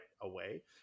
away